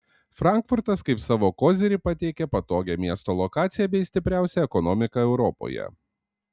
frankfurtas kaip savo kozirį pateikia patogią miesto lokaciją bei stipriausią ekonomiką europoje